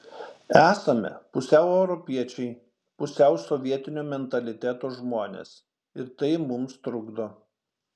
esame pusiau europiečiai pusiau sovietinio mentaliteto žmonės ir tai mums trukdo